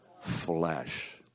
flesh